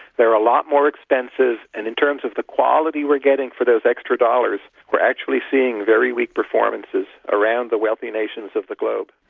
they're a lot more expensive and in terms of the quality we're getting for those extra dollars, we're actually seeing very weak performances around the wealthy nations of the globe.